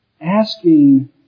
asking